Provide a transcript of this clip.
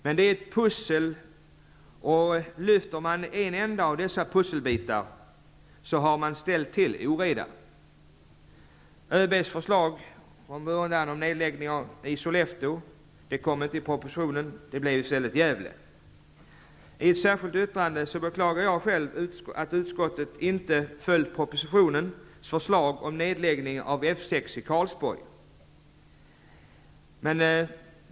Men det är ett pussel, och lyfter man en enda av dessa pusselbitar har man ställt till oreda. ÖB:s förslag om nedläggning i Sollefteå kom inte med i propositionen. Det blev Gävle i stället. I ett särskilt yttrande beklagar jag själv att utskottet inte följt propositionens föslag om nedläggning av F 6 i Karlsborg.